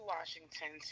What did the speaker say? Washington